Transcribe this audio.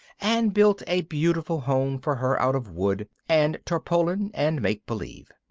and built a beautiful home for her out of wood, and tarpaulin, and make-believe.